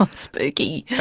ah spooky. yeah